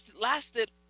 lasted